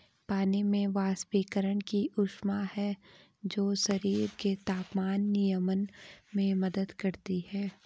पानी में वाष्पीकरण की ऊष्मा है जो शरीर के तापमान नियमन में मदद करती है